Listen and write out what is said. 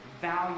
value